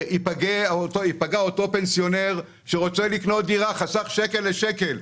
ייפגע אותו פנסיונר שחסך שקל לשקל,